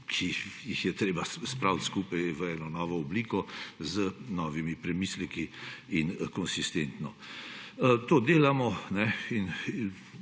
ki jih je treba spraviti skupaj v eno novo obliko z novimi premisleki in konsistentno. To delamo in